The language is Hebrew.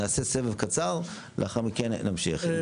נעשה סבב קצר ולאחר מכן נמשיך.